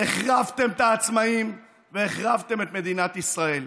החרבתם את העצמאים והחרבתם את מדינת ישראל.